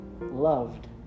loved